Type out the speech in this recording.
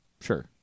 Sure